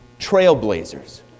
trailblazers